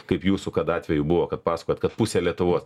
kaip jūsų kad atveju buvo kad pasakojot kad pusė lietuvos